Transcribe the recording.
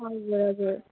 हजुर हजुर